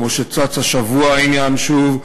כמו שצץ השבוע העניין שוב.